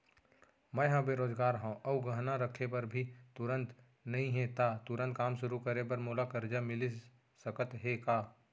मैं ह बेरोजगार हव अऊ गहना रखे बर भी तुरंत नई हे ता तुरंत काम शुरू करे बर मोला करजा मिलिस सकत हे का?